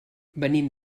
venim